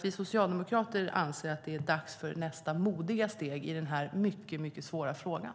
Vi socialdemokrater anser att det är dags för nästa modiga steg i den här mycket, mycket svåra frågan.